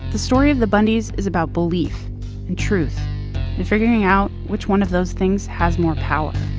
the story of the bundys is about belief truth and figuring out which one of those things has more power.